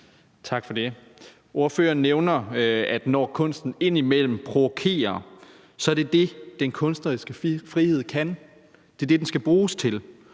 Tak for det. Ordføreren nævner, at når kunsten indimellem provokerer, er det det, som den kunstneriske frihed skal bruges til.